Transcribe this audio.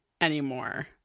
anymore